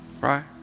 right